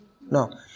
no